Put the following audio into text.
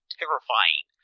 terrifying